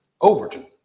Overton